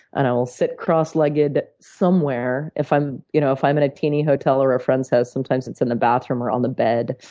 and i will sit cross-legged somewhere. if i'm you know if i'm in a teeny hotel or a friend's house, sometimes, it's in the bathroom or on the bed.